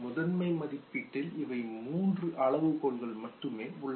முதன்மை மதிப்பீட்டில் இவை மூன்று அளவுகோல்கள் மட்டுமே உள்ளன